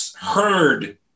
heard